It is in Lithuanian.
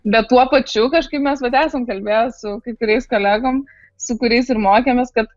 bet tuo pačiu kažkaip mes esam kalbėję su kai kuriais kolegom su kuriais ir mokėmės kad